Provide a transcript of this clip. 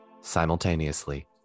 Simultaneously